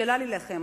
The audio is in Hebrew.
שאלה לי אליכם,